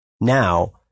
now